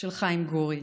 של חיים גורי: